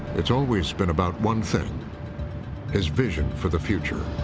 it's always been about one thing his vision for the future.